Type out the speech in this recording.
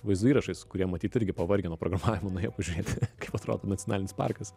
vaizdo įrašais kurie matyt irgi pavargę nuo programavimo nuėjo pažiūrėt kaip atrodo nacionalinis parkas